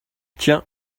tiens